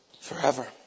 forever